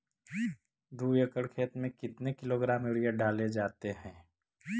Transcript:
दू एकड़ खेत में कितने किलोग्राम यूरिया डाले जाते हैं?